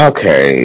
Okay